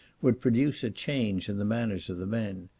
would produce a change in the manners of the men.